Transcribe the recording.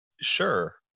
Sure